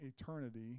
eternity